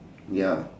ya